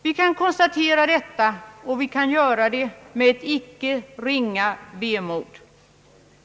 Vi kan konstatera detta och vi kan göra det med ett icke ringa vemod.